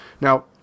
Now